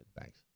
Thanks